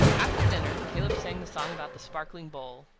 after dinner caleb sang the song about the sparkling bowl.